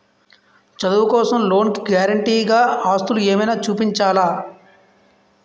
చదువు కోసం లోన్ కి గారంటే గా ఆస్తులు ఏమైనా చూపించాలా?